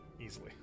easily